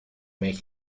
made